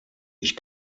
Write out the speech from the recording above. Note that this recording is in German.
ich